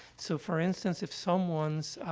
so, for instance, if someone's ah,